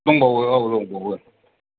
दंबावो औ दंबावो